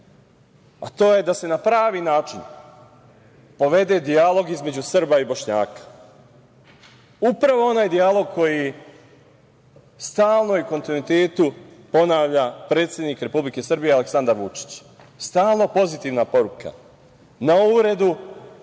a to je da se na pravi način povede dijalog između Srba i Bošnjaka. Upravo onaj dijalog koji stalno i u kontinuitetu ponavlja predsednik Republike Srbije Aleksandar Vučić. Stalno pozitivna poruka – na uvredu